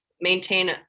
maintain